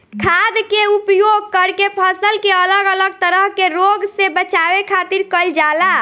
खाद्य के उपयोग करके फसल के अलग अलग तरह के रोग से बचावे खातिर कईल जाला